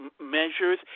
measures